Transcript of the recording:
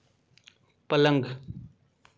पलंग